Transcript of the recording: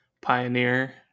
Pioneer